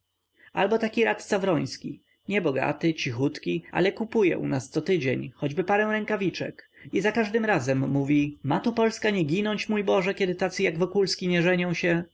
albo taki radca wroński niebogaty cichutki ale kupuje u nas cotydzień choćby parę rękawiczek i za każdym razem mówi ma tu polska nie ginąć mój boże kiedy tacy jak wokulski nie żenią się